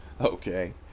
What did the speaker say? okay